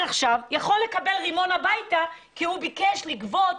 לקבל רימון הביתה כי הוא ביקש לגבות.